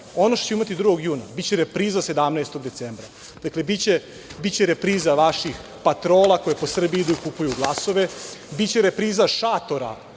ono što ćemo imati 2. juna biće repriza 17. decembra. Dakle, biće repriza vaših patrola koje po Srbiji idu i kupuju glasove, biće repriza šatora